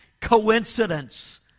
coincidence